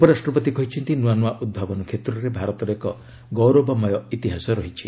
ଉପରାଷ୍ଟ୍ରପତି କହିଛନ୍ତି ନୂଆ ନୂଆ ଉଦ୍ଭାବନ କ୍ଷେତ୍ରରେ ଭାରତର ଏକ ଗୌରବମୟ ଇତିହାସ ରହିଛି